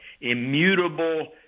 immutable